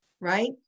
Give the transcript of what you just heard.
right